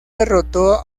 derrotó